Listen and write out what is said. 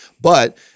But-